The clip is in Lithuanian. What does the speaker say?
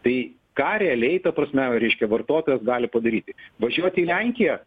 tai ką realiai ta prasme reiškia vartotojas gali padaryti važiuoti į lenkiją